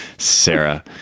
Sarah